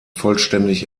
vollständig